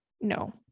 No